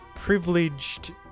privileged